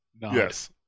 Yes